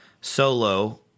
solo